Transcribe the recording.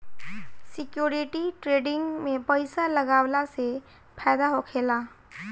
security trading में पइसा लगावला से फायदा होखेला